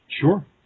Sure